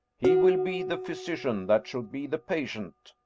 he will be the physician that should be the patient.